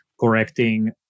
correcting